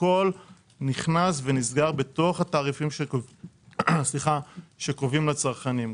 הכול נכנס ונסגר בתוך התעריפים שקובעים לצרכנים,